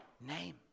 name